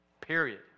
Period